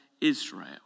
Israel